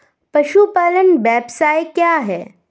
पशुपालन व्यवसाय क्या है?